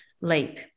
leap